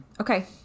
Okay